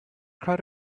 crowd